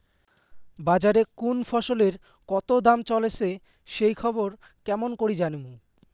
বাজারে কুন ফসলের কতো দাম চলেসে সেই খবর কেমন করি জানীমু?